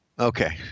Okay